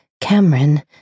Cameron